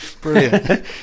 brilliant